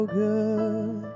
good